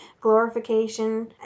glorification